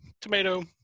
Tomato